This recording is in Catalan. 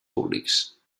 públics